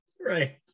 Right